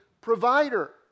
provider